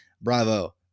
bravo